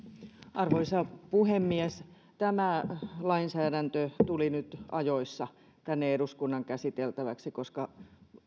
arvoisa puhemies tämä lainsäädäntö tuli nyt ajoissa tänne eduskunnan käsiteltäväksi koska